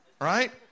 right